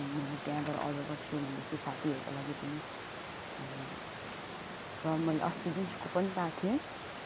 म त्यहाँबाट अडर गर्छु भन्दैछु साथीहरूको लागि पनि अनि र मैले अस्ति जुन चाहिँ कुपन पाएको थिएँ